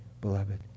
beloved